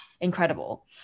incredible